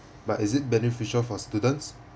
but is it beneficial for students